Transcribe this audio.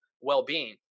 well-being